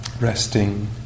resting